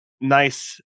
nice